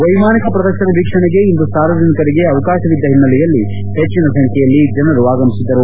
ವ್ಲೆಮಾನಿಕ ಪ್ರದರ್ಶನ ವೀಕ್ಷಣೆಗೆ ಇಂದು ಸಾರ್ವಜನಿಕರಿಗೆ ಅವಕಾಶವಿದ್ದ ಹಿನ್ನೆಲೆಯಲ್ಲಿ ಹೆಚ್ಚಿನ ಸಂಖ್ಲೆಯಲ್ಲಿ ಜನರು ಆಗಮಿಸಿದ್ದರು